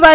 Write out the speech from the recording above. Y